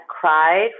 cried